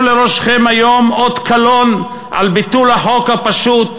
לראשכם היום אות קלון על ביטול החוק הפשוט,